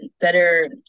better